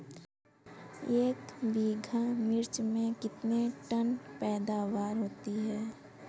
एक बीघा मिर्च में कितने टन पैदावार होती है?